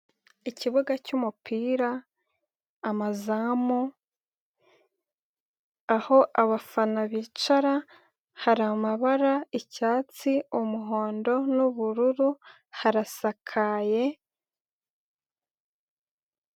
Ikibuga cy'umupira, amazamu, aho abafana bicara hari amabara icyatsi, umuhondo n'ubururu, harasakaye.